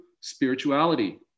spirituality